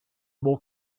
more